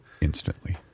instantly